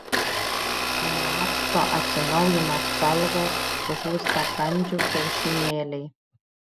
nuo acto atsinaujina spalvos žūsta kandžių kiaušinėliai